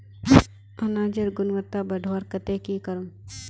अनाजेर गुणवत्ता बढ़वार केते की करूम?